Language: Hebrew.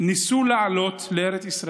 ניסו לעלות לארץ ישראל.